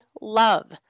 love